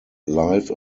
life